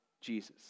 Jesus